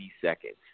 seconds